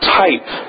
type